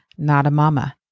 notamama